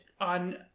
on